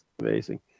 Amazing